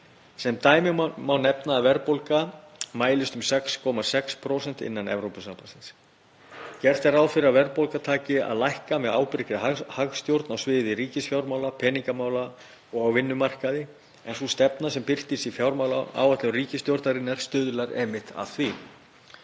Sem dæmi má nefna að verðbólga mælist nú 6,6% innan Evrópusambandsins. Gert er ráð fyrir að verðbólga taki að lækka með ábyrgri hagstjórn á sviði ríkisfjármála, peningamála og á vinnumarkaði en sú stefna sem birtist í fjármálaáætlun ríkisstjórnarinnar stuðlar einmitt að því.